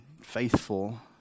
faithful